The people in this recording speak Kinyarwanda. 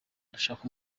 ndashaka